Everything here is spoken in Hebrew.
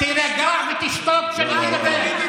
אנחנו כאן.